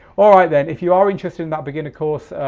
all right then, if you are interested in that beginner course,